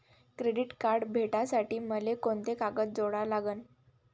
Credit card भेटासाठी मले कोंते कागद जोडा लागन?